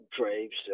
drapes